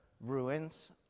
ruins